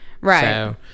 Right